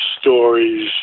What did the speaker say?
stories